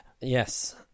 Yes